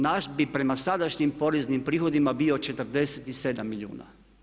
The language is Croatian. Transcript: Naš bi prema sadašnjim poreznim prihodima bio 47 milijuna.